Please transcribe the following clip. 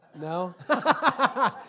No